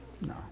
No